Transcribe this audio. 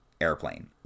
airplane